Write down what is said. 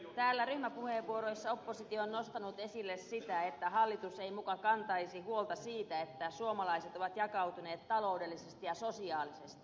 täällä ryhmäpuheenvuoroissa oppositio on nostanut esille sitä että hallitus ei muka kantaisi huolta siitä että suomalaiset ovat jakautuneet taloudellisesti ja sosiaalisesti